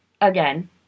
again